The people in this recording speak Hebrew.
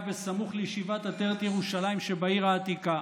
סמוך לישיבת עטרת ירושלים שבעיר העתיקה.